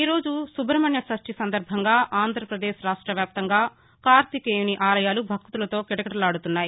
ఈరోజు సుబ్రహ్మణ్య షష్టి సందర్బంగా ఆంధ్రపదేశ్ రాష్ట వ్యాప్తంగా కార్తికేయుని ఆలయాలు భక్తులతో కిటకిటలాడుతున్నాయి